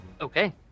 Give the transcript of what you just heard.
Okay